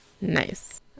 Nice